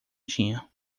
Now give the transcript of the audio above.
tinha